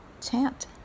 chant